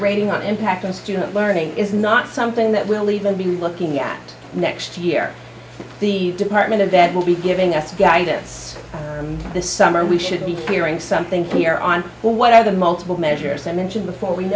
rating on impact on student learning is not something that will even be looking at next year the department of that will be giving us guidance this summer we should be hearing something clear on what are the multiple measures i mentioned before we